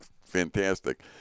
Fantastic